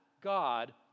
God